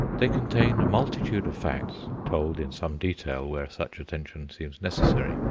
they contain a multitude of facts, told in some detail where such attention seems necessary,